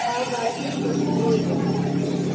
آوازِ ہٕنٛز لیوٕل